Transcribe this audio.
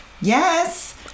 Yes